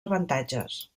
avantatges